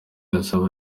azaba